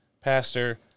pastor